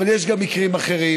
אבל יש גם מקרים אחרים,